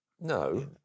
No